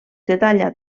detalla